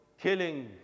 killing